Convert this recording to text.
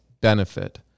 benefit